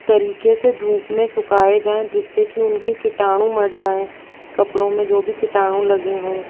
तरीके से धूप मे सुखाए जाएँ जिससे कि उनके किटाणु मर जाएँ कपड़ों मे जो भी किटाणु लगे हों